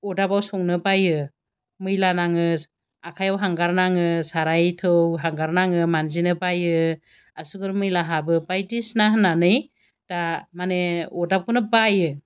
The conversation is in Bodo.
अरदाबाव संनो बायो मैला नाङो आखाइआव हांगार नाङै साराय थौ हांगार नाङो मान्जिनो बायो आसुगुर मैला हाबो बायदिसिना होननानै दा माने अरदाबखौनो बायो